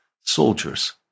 soldiers